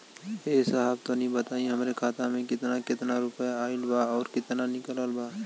ए साहब तनि बताई हमरे खाता मे कितना केतना रुपया आईल बा अउर कितना निकलल बा?